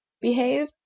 behave